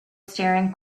staring